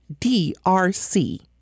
DRC